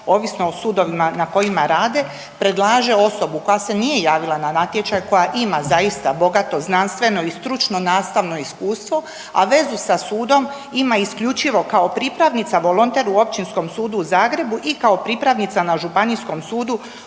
ovisno o sudovima na kojima rade predlaže osobu koja se nije javila na natječaj koja ima zaista bogato znanstveno i stručno nastavno iskustvo a vezu sa sudom ima isključivo kao pripravnica volonter u Općinskom sudu u Zagrebu i kao pripravnica na Županijskom sudu